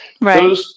Right